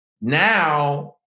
now